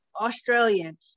Australian